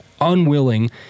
unwilling